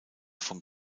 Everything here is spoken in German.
von